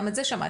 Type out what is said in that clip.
גם את זה שמעתי.